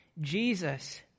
Jesus